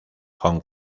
hong